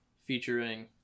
featuring